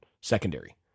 secondary